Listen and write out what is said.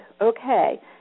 Okay